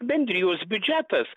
bendrijos biudžetas